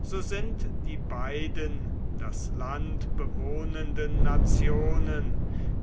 so sind die beiden das land bewohnenden nationen